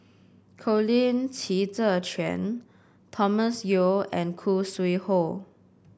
Colin Qi Zhe Quan Thomas Yeo and Khoo Sui Hoe